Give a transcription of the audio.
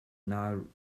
nauru